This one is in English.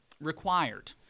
required